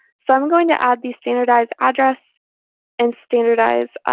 so i'm going to add the standardize address and standardize